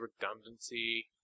redundancy